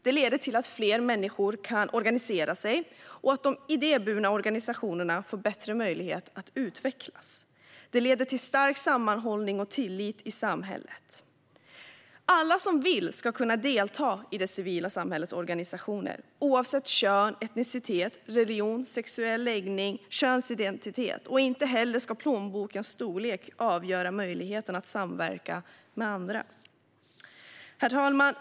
Det leder till att fler människor kan organisera sig och att de idéburna organisationerna får bättre möjlighet att utvecklas. Det leder till stärkt sammanhållning och tillit i samhället. Alla som vill ska kunna delta i det civila samhällets organisationer, oavsett kön, etnicitet, religion, sexuell läggning och könsidentitet. Inte heller ska plånbokens storlek avgöra möjligheten att samverka med andra. Herr talman!